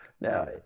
Now